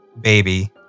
baby